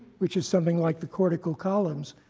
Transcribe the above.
which is something like the cortical columns,